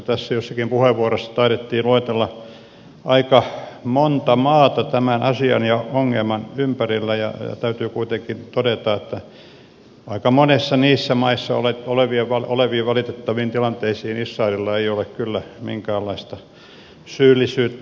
tässä jossakin puheenvuorossa taidettiin luetella aika monta maata tämän asian ja ongelman ympärillä ja täytyy kuitenkin todeta että aika monessa niissä maissa oleviin valitettaviin tilanteisiin israelilla ei ole kyllä minkäänlaista syyllisyyttä